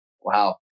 wow